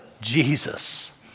Jesus